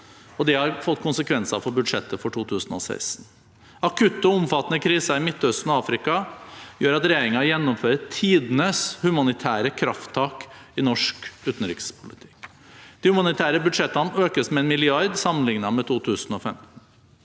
det har fått konsekvenser for budsjettet for 2016. Akutte og omfattende kriser i Midtøsten og Afrika gjør at regjeringen gjennomfører tidenes humanitære krafttak i norsk utenrikspolitikk. De humanitære budsjettene økes med 1 mrd. kr sammenlignet med 2015.